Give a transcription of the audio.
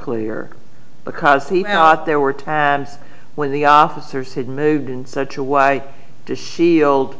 clear because he thought there were tabs when the officers had moved in such a way to shield